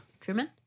Truman